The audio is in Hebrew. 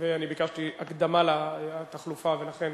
ואני ביקשתי הקדמה לתחלופה ולכן,